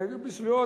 והיו בסביבות